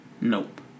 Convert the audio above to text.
Nope